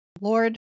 Lord